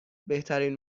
بهترین